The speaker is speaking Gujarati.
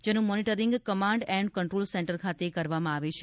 જેનું monitoring command and control centre ખાતે કરવામાં આવે છે